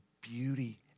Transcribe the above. beauty